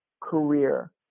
career